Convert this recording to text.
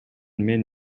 мен